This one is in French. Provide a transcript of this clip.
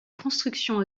construction